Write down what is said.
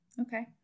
Okay